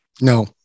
No